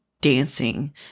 dancing